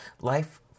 life